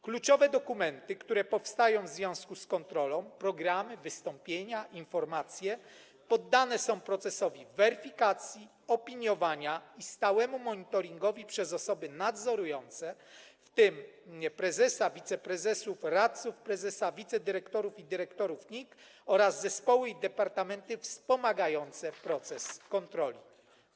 Kluczowe dokumenty, które powstają w związku z kontrolą, programy, wystąpienia, informacje, poddane są procesowi weryfikacji, opiniowania i stałemu monitoringowi przez osoby nadzorujące, w tym prezesa, wiceprezesów, radców prezesa, wicedyrektorów i dyrektorów NIK oraz zespoły i departamenty wspomagające proces kontroli.